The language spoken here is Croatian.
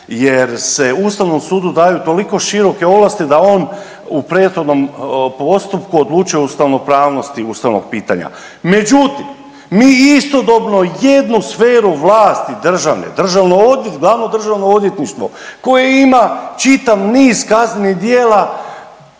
jer se Ustavnom sudu daju toliko široke ovlasti da on u prethodnom postupku odlučuju o ustavopravnosti ustavnog pitanja. Međutim, mi istodobno jednu sferu vlasti državne, glavno državno odvjetništvo koje ima čitav niz kaznenih djela